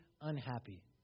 unhappy